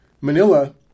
Manila